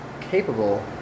capable